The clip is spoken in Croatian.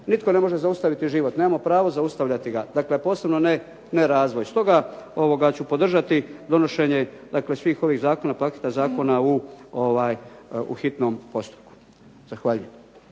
Nitko ne može zaustaviti život. Nemamo pravo zaustavljati ga. Dakle, posebno ne razvoj. Stoga ću podržati donošenje dakle svih ovih zakona, paketa zakona u hitnom postupku. Zahvaljujem.